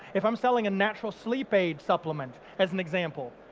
if i'm selling a natural sleep aid supplement as an example,